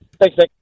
Thanks